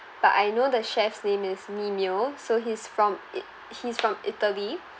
but I know the chef's name is mimeo so he's from i~ he's from italy